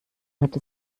hatte